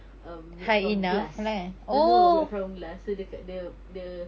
um made from glass no no made from glass so dia dek~ dia dia